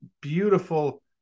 beautiful